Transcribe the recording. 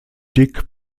dick